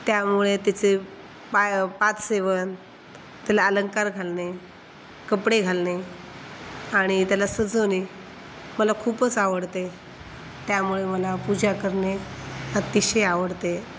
त्यामुळे तिचे पाय पादसेवन त्याला अलंंकार घालणे कपडे घालणे आणि त्याला सजवणे मला खूपच आवडते त्यामुळे मला पूजा करणे अतिशय आवडते